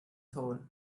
soul